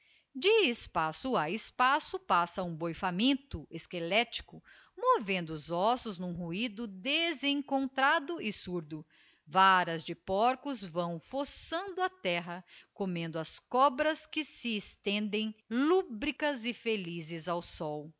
espaço a espaço passa um boi faminto esquelético movendo os ossos n'um ruido desencontrado e surdo varas de porcos vão fossando a terra comendo as cobras que se estendem lúbricas e felizes ao sol